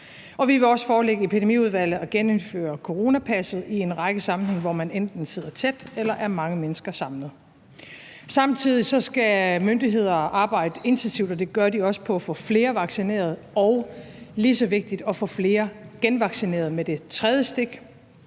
vi vil også forelægge for Epidemiudvalget at få genindført coronapasset i en række sammenhænge, hvor man enten sidder tæt eller er mange mennesker samlet. Samtidig skal myndighederne arbejde intensivt – og det gør de også – på at få flere vaccineret og, lige så vigtigt, at få flere genvaccineret med det tredje stik.